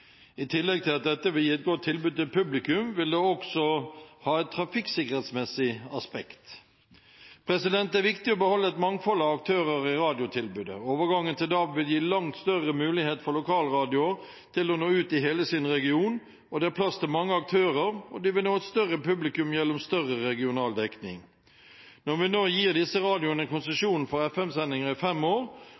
I tillegg til at dette vil gi et godt tilbud til publikum, vil det også ha et trafikksikkerhetsmessig aspekt. Det er viktig å beholde et mangfold av aktører i radiotilbudet. Overgangen til DAB vil gi langt større mulighet for lokalradioer til å nå ut i hele sin region. Det er plass til mange aktører, og de vil nå et større publikum gjennom større regional dekning. Når vi nå gir disse radioene konsesjon for FM-sendinger i fem år,